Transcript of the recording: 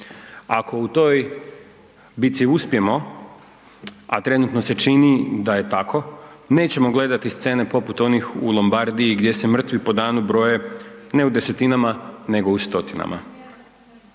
Ako u toj bitci uspijemo, a trenutno se čini da je tako nećemo gledati scene poput onih u Lombardiji gdje se mrtvi po danu broje ne u desetinama nego u stotinama.